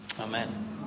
Amen